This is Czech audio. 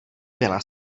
byla